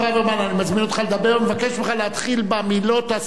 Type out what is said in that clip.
אני מזמין אותך לדבר ומבקש ממך להתחיל במילות הסיכום,